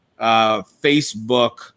Facebook